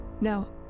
now